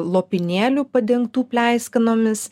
lopinėlių padengtų pleiskanomis